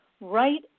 Right